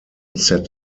set